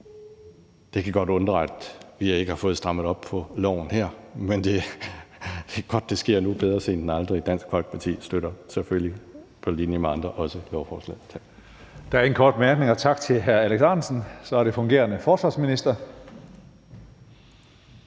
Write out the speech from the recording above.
Det kan godt undre, at vi ikke har fået strammet op på loven, men det er godt, at det sker nu. Bedre sent end aldrig. Dansk Folkeparti støtter selvfølgelig – på linje med andre – lovforslaget. Tak. Kl. 19:22 Tredje næstformand (Karsten Hønge): Der er ingen korte bemærkninger.